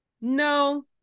no